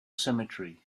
cemetery